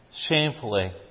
shamefully